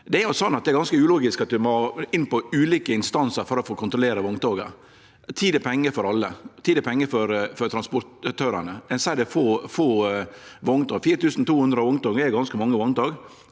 Det er ganske ulogisk at vi må inn på ulike instansar for å få kontrollere vogntoga. Tid er pengar for alle. Tid er pengar for transportørane. Ein seier det er få vogntog, men 4 200 vogntog er ganske mange vogntog.